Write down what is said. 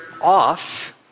off